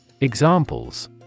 Examples